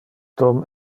tom